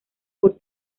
por